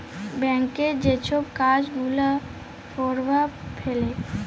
ব্যাংকের যে ছব কাজ গুলা পরভাব ফেলে